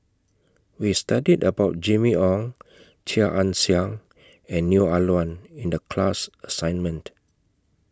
We studied about Jimmy Ong Chia Ann Siang and Neo Ah Luan in The class assignment